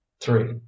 Three